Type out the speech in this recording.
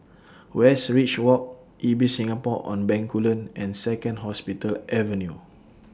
Westridge Walk Ibis Singapore on Bencoolen and Second Hospital Avenue